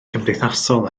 cymdeithasol